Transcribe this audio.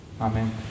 Amen